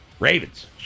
Ravens